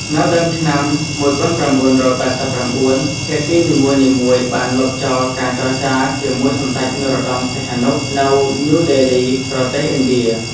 នៅដើមឆ្នាំ ១៩៨៩ ភាគីនីមួយៗបានលុបចោលការចរចាជាមួយសម្ដេច នរោត្តមសីហនុ នៅញូដេលី ប្រទេសឥណ្ឌា។